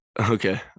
Okay